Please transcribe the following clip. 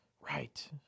Right